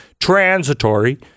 transitory